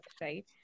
right